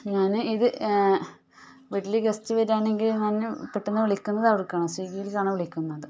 ഞാൻ ഇത് വീട്ടിൽ ഗസ്റ്റ് വരികയാണെങ്കിൽ ഞാൻ പെട്ടെന്നു വിളിക്കുന്നത് അവർക്കാണ് സ്വിഗ്ഗിയിലേക്കാണ് വിളിക്കുന്നത്